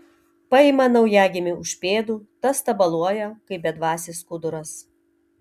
paima naujagimį už pėdų tas tabaluoja kaip bedvasis skuduras